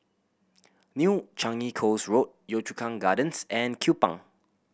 New Changi Coast Road Yio Chu Kang Gardens and Kupang